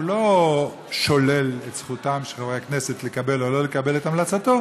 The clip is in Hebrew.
לא שולל את זכותם של חברי הכנסת לקבל או לא לקבל את המלצתו,